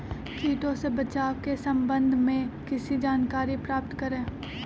किटो से बचाव के सम्वन्ध में किसी जानकारी प्राप्त करें?